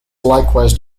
likewise